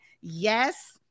yes